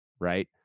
right